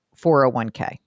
401k